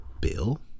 bill